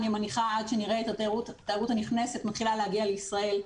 אני מניחה עד שנראה את התיירות הנכנסת מתחילה להגיע לישראל.